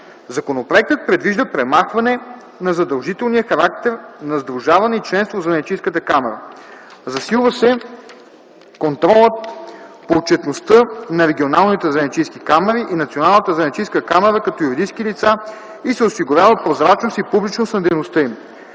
Законопроектът предвижда премахване на задължителния характер на сдружаване и членство в занаятчийска камара. Засилва се контролът по отчетността на регионалните занаятчийски камари и Националната занаятчийска камара като юридически лица и се осигурява прозрачност и публичност на дейността им.